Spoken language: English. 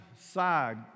side